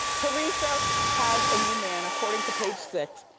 theresa has a new man, according to page six,